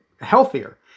healthier